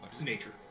Nature